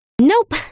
Nope